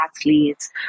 athletes